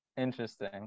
interesting